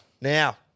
Now –